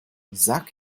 sag